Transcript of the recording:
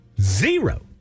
zero